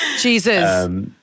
Jesus